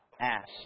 asked